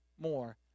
more